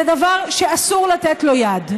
זה דבר שאסור לתת לו יד.